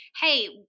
hey